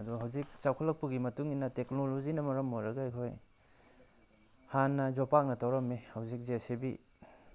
ꯑꯗꯣ ꯍꯧꯖꯤꯛ ꯆꯥꯎꯈꯠꯂꯛꯄꯅ ꯃꯔꯝ ꯑꯣꯏꯔꯒ ꯇꯦꯛꯅꯣꯂꯣꯖꯤꯅꯥ ꯃꯔꯝ ꯑꯣꯏꯔꯒ ꯑꯩꯈꯣꯏ ꯍꯥꯟꯅ ꯌꯣꯄꯥꯛꯅ ꯇꯧꯔꯝꯃꯤ ꯍꯧꯖꯤꯛ ꯖꯦ ꯁꯤ ꯕꯤ